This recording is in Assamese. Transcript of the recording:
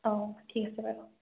অঁ ঠিক আছে বাৰু